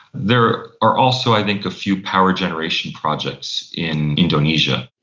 there are also i think a few power generation projects in indonesia.